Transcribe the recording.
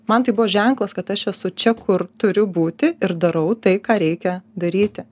man tai buvo ženklas kad aš esu čia kur turiu būti ir darau tai ką reikia daryti